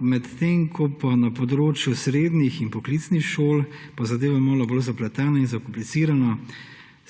medtem ko pa je na področju srednjih in poklicnih šol zadeva malo bolj zapletena in zakomplicirana,